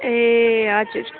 ए हजुर